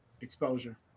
Exposure